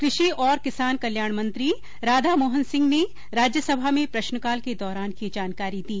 कृषि और किसान कल्याण मंत्री राधा मोहन सिंह ने राज्यसभा में प्रश्नकाल के दौरान यह जानकारी दी